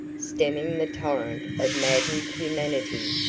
stemming the torrent of maddened humanity,